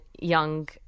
young